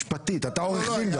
אתה עורך דין גם.